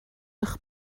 eich